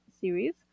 series